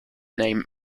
name